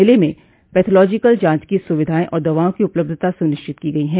मेले में पैथालोजिकल जांच की सुविधाएं और दवाओं की उपलब्धता सुनिश्चित की गई है